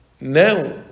Now